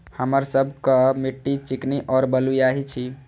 हमर सबक मिट्टी चिकनी और बलुयाही छी?